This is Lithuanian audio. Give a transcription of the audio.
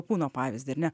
kūno pavyzdį ar ne